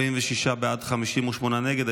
46 בעד, 58 נגד.